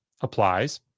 applies